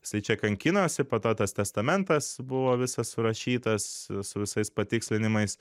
jisai čia kankinosi po to tas testamentas buvo visas surašytas su visais patikslinimais